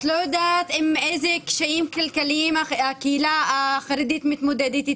את לא יודעת עם אלו קשיים כלכליים הקהילה החרדית מתמודדת,